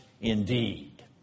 indeed